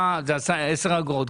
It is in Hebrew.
עשר אגורות?